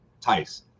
Tice